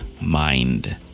mind